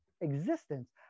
existence